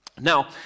Now